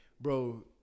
bro